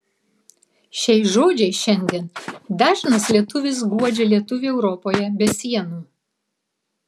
šiais žodžiais šiandien dažnas lietuvis guodžia lietuvį europoje be sienų